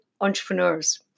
entrepreneurs